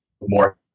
more